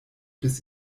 bis